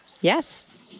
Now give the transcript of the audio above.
Yes